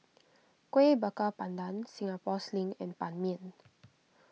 Kuih Bakar Pandan Singapore Sling and Ban Mian